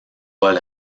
vol